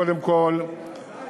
קודם כול,